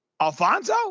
alfonso